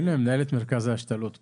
הנה, מנהלת מרכז ההשתלות פה.